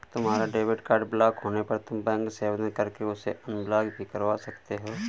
तुम्हारा debit card block होने पर तुम बैंक से आवेदन करके उसे अनब्लॉक भी करवा सकते हो